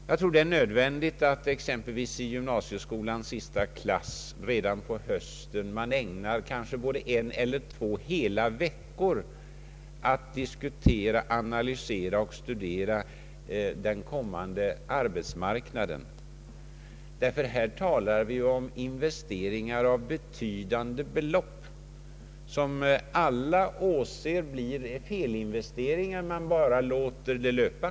Jag tror det är nödvändigt att man i gymnasieskolans sista klass redan på hösten ägnar en eller två hela veckor åt att diskutera, analysera och studera den kommande arbetsmarknaden, Ungdomarnas engagemang i den högre utbildningen innebär ju investeringar av betydande belopp såväl för den enskilde som för samhället. Alla torde vara medvetna om att det i många fall är frågan om felinvesteringar, men man låter det bara löpa.